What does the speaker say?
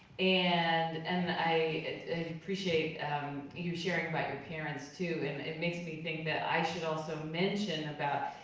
and and i appreciate you sharing about your parents too, and it makes me think that i should also mention about,